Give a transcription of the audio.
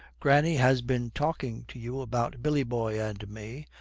granny has been talking to you about billy boy and me,